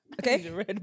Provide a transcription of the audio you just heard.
Okay